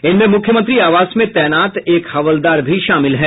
इनमें मुख्यमंत्री आवास में तैनात एक हवलदार भी शामिल हैं